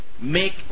Make